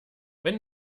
wenn